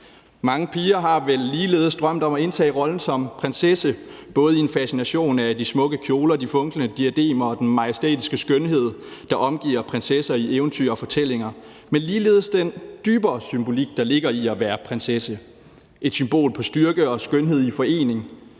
Mange piger har vel ligeledes drømt om at indtage rollen som prinsesse – både i en fascination af de smukke kjoler, de funklende diademer og den majestætiske skønhed, der omgiver prinsesser i eventyr og fortællinger, og ligeledes af den dybere symbolik, der ligger i at være prinsesse, et symbol på styrke og skønhed i forening.